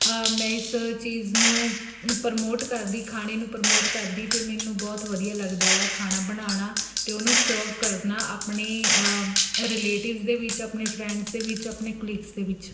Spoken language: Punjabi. ਮੈਂ ਇਸ ਚੀਜ਼ ਨੂੰ ਪ੍ਰਮੋਟ ਕਰਦੀ ਖਾਣੇ ਨੂੰ ਪ੍ਰਮੋਟ ਕਰਦੀ ਅਤੇ ਮੈਨੂੰ ਬਹੁਤ ਵਧੀਆ ਲੱਗਦਾ ਆ ਖਾਣਾ ਬਣਾਉਣਾ ਅਤੇ ਉਹਨੂੰ ਸਰਵ ਕਰਨਾ ਆਪਣੀ ਰਿਲੇਟਿਵਸ ਦੇ ਵਿੱਚ ਆਪਣੇ ਫਰੈਂਡਸ ਦੇ ਵਿੱਚ ਆਪਣੇ ਕੁਲੀਗਸ ਦੇ ਵਿੱਚ